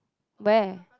where